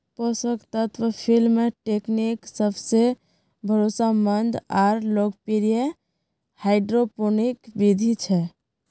पोषक तत्व film technique सबसे भरोसामंद आर लोकप्रिय हाइड्रोपोनिक बिधि छ